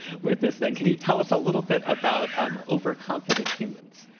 with this thing. can you tell us a little bit about um over confident humans?